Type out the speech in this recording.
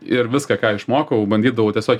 ir viską ką išmokau bandydavau tiesiog